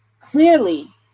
clearly